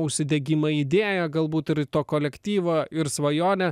užsidegimą idėją galbūt ir to kolektyvą ir svajonę